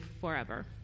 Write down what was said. forever